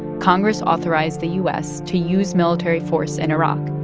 congress authorized the u s. to use military force in iraq,